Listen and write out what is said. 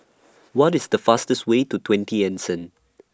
What IS The fastest Way to twenty Anson